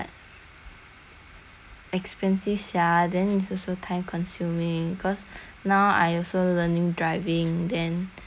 expensive sia then it's also time consuming cause now I also learning driving then I still schooling eh